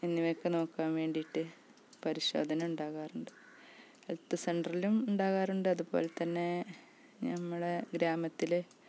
എന്നിവയൊക്കെ നോക്കാൻ വേണ്ടിയിട്ട് പരിശോധന ഉണ്ടാകാറുണ്ട് ഹെൽത്ത് സെൻറ്ററിലും ഉണ്ടാകാറുണ്ട് അതുപോലെ തന്നെ ഞമ്മളെ ഗ്രാമത്തിൽ